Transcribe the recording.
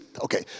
Okay